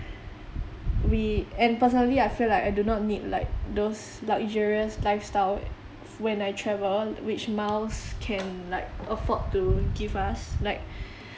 we and personally I feel like I do not need like those luxurious lifestyle w~ when I travel which miles can like afford to give us like